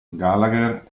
gallagher